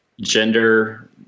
gender